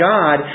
God